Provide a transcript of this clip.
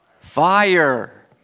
fire